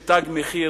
של "תג מחיר",